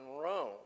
Rome